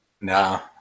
No